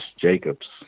Jacobs